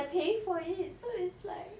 and they are paying for it so it's like